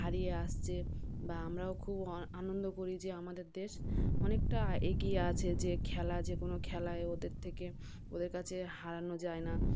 হারিয়ে আসছে বা আমরাও খুব অন আনন্দ করি যে আমাদের দেশ অনেকটা এগিয়ে আছে যে খেলা যে কোনো খেলায় ওদের থেকে ওদের কাছে হারানো যায় না